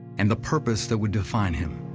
and the purpose that would define him.